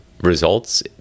results